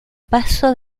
paso